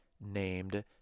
named